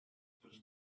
was